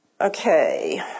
Okay